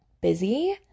busy